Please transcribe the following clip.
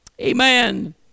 Amen